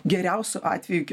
geriausiu atveju iki